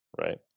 right